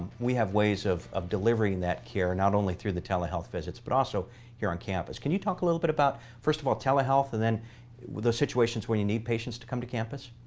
we have ways of of delivering that care, and not only through the telehealth visits but also here on campus. can you talk a little bit about, first of all, telehealth and then those situations where you need patients to come to campus?